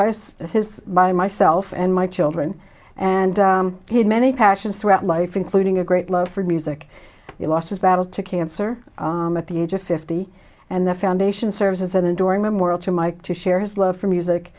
of his by myself and my children and he had many passions throughout life including a great love for music he lost his battle to cancer at the age of fifty and that foundation serves as an enduring memorial to mike to share his love for music